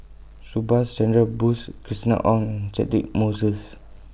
Subhas Chandra Bose Christina Ong Catchick Moses